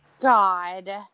God